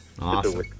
Awesome